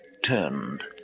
turned